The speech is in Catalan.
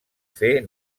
fer